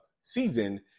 season